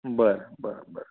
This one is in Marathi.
बरं बरं बरं